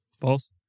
False